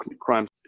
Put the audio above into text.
crimes